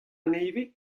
nevez